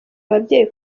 ababyeyi